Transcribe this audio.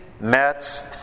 Mets